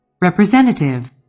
Representative